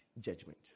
judgment